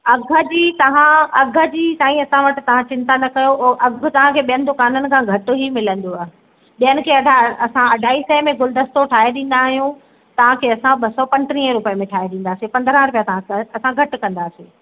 अघ जी तव्हां अघ जी साईं असां वटि तव्हां चिंता न कयो अघ तव्हांखे ॿियनि दुकाननि खां घटि ई मिलंदव ॿियनि खे असां अढाई सै में गुलदस्तो ठाहे ॾींदा आहियूं तव्हांखे असां ॿ सौ पंटीह रुपए में ठाहे ॾींदासीं पंद्रहां रुपया तव्हांखे असां घटि ॾींदासीं